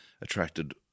attracted